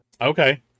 Okay